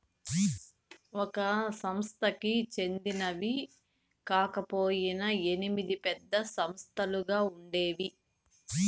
ఒక సంస్థకి చెందినవి కాకపొయినా ఎనిమిది పెద్ద సంస్థలుగా ఉండేవి